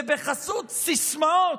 ובחסות סיסמאות,